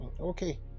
Okay